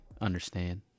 understand